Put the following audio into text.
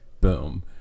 boom